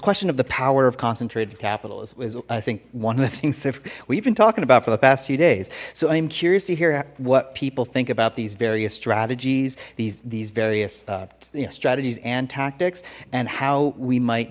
question of the power of concentrated capital is i think one of the things that we've been talking about for the past few days so i'm curious to hear what people think about these various strategies these these various strategies and tactics and how we might